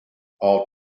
all